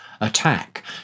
attack